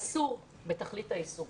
אסור בתכלית האיסור